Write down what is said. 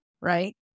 Right